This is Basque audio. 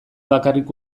bakarrik